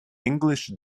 english